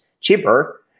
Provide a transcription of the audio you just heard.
cheaper